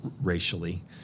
racially